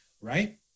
right